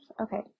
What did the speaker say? Okay